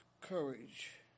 courage